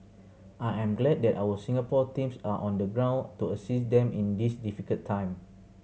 I am glad that our Singapore teams are on the ground to assist them in this difficult time